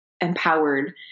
empowered